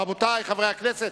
רבותי חברי הכנסת.